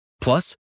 Plus